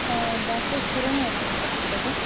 doctor Kiran ಅವರಾ ಮಾತಾಡ್ತಿರೋದು